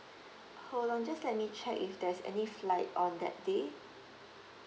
hold on just let me check if there's any flight on that day